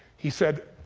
he said,